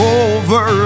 over